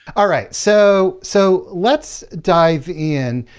alright. so so, let's dive in.